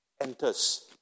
enters